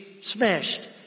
Smashed